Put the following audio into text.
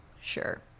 sure